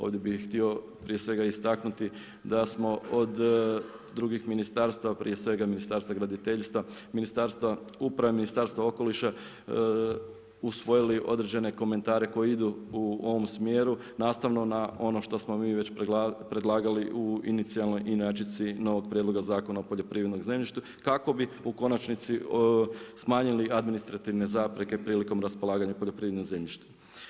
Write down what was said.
Ovdje bi htio prije svega istaknuti da smo od drugih ministarstava, prije svega Ministarstva graditeljstva, Ministarstva uprave, Ministarstva okoliša usvojili određene komentare koji idu u ovom smjeru nastavno na ono što smo mi već predlagali u inicijalnoj inačici novog Prijedloga Zakona o poljoprivrednom zemljištu kako bi u konačnici smanjili administrativne zapreke prilikom raspolaganja poljoprivrednim zemljištem.